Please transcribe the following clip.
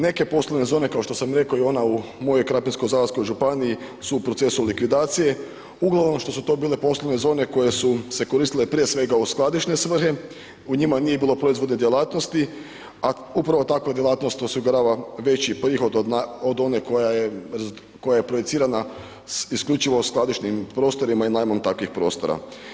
Neke poslovne zone kao što sam i rekao i ona u mojoj Krapinsko-zagorskoj županiji su u procesu likvidacije uglavnom što su to bile poslovne zone koje su se koristile pije svega u skladišne svrhe, u njima nije bilo proizvodne djelatnosti a upravo takva djelatnost osigurava veći prihod od one koja je projicirana isključivo u skladišnim prostorima i najmom takvih prostora.